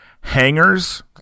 Hangers